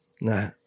Nah